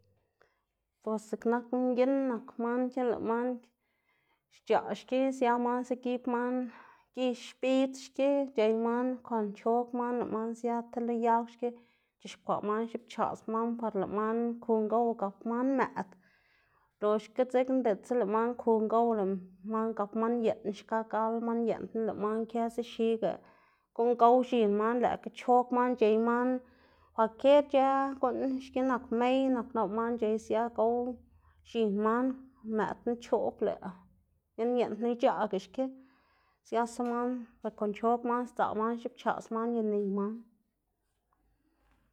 Bos ziꞌk nak mginn nak man ki lëꞌ man xc̲h̲aꞌ xki sia man zëgib man gix bidz xki c̲h̲ey man kon chog man lëꞌ man sia ti lo yag xki c̲h̲ixkwaꞌ man xipchaꞌs man, par lëꞌ man ku ngow gap man mëꞌd, loxga dzekna diꞌltsa lëꞌ man ku ngow lëꞌ man gap man yeꞌn xka gal man yeꞌn, lëꞌ mna kë zixiga guꞌn gow x̱in man lëꞌkga chog man c̲h̲ey man, kwalkier ic̲h̲ë guꞌn xki nak mey nak nap lëꞌ man c̲h̲ey gow x̱in man, mëꞌd knu choꞌb lëꞌ mginn yeꞌn knu ic̲h̲aꞌga xki siasa man ber kon chog man sdzaꞌ man xipchaꞌs man y niy man.